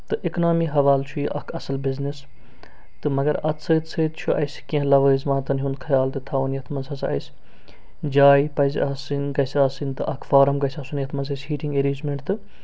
تہٕ اِکنامی حَوالہٕ چھُ اکھ اَصٕل بِزنِس تہٕ مَگر اَتھ سۭتۍ سۭتۍ چھُ اَسہِ کیٚنٛہہ لَوٲزماتَن ہُنٛد خَیال تہِ تھاوُن یَتھ منٛز ہسا اَسہِ جاے پَزِ آسٕنۍ گژھِ آسٕنۍ تہٕ اکھ فارٕم گژھِ آسُن یَتھ منٛز أسۍ ہیٖٹِنٛگ ایرینٛجمٮ۪نٛٹ تہٕ